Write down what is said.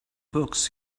books